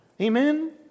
Amen